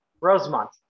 Rosemont